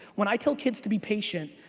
when i tell kids to be patient,